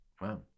Wow